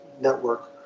Network